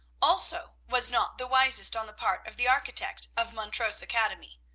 also was not the wisest on the part of the architect of montrose academy.